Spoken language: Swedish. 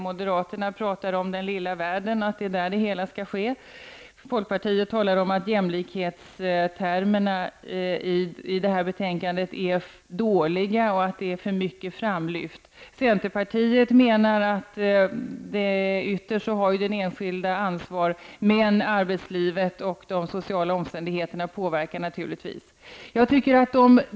Moderaterna talar om att det hela skall ske i den lilla världen. Folkpartiet talar om att jämlikhetstermerna i detta betänkande är dåligt formulerade och att de har en alltför framskjuten plats. Centerpartiet menar att det är den enskilde som har det yttersta ansvaret, men att arbetslivet och de sociala omständigheterna naturligtvis påverkar livsvillkoren.